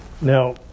Now